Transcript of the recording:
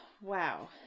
Wow